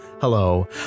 Hello